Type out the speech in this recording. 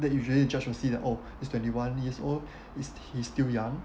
that usually judge will see that oh he's twenty one years old he's he's still young